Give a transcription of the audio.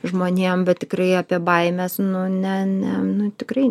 žmonėm bet tikrai apie baimes nu ne ne nu tikrai